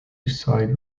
reside